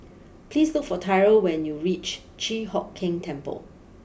please look for Tyrell when you reach Chi Hock Keng Temple